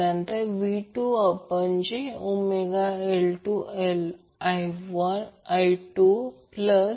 म्हणजे Q0 ω0 L R वेगळे लिहा आणि पुन्हा Q0 1ω0 CR लिहा